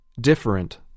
Different